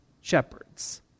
shepherds